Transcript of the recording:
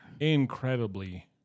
Incredibly